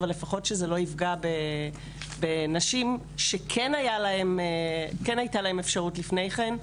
אבל לפחות שלא יפגע בנשים שכן הייתה להן אפשרות לפני כן,